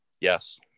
yes